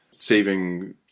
saving